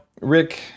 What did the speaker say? Rick